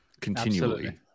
continually